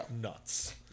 nuts